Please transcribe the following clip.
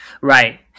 right